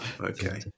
Okay